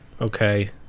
okay